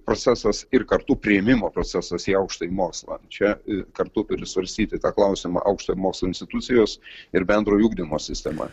procesas ir kartu priėmimo procesas į aukštąjį mokslą čia kartu turi svarstyti tą klausimą aukštojo mokslo institucijos ir bendrojo ugdymo sistema